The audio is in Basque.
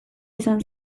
izan